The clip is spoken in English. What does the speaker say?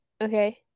Okay